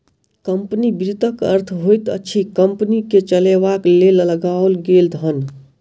company वित्तक अर्थ होइत अछि कम्पनी के चलयबाक लेल लगाओल गेल धन